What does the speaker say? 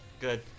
Good